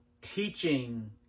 teaching